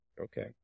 Okay